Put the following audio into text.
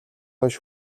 хойш